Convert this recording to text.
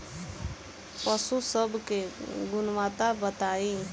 पशु सब के गुणवत्ता बताई?